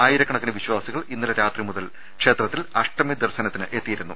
ആയിരക്കണക്കിന് വിശ്വാസികൾ ഇന്നലെ രാത്രിമുതൽ ക്ഷേത്രത്തിൽ അഷ്ടമി ദർശനത്തിനായി എത്തിയിരുന്നു